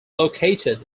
located